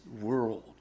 world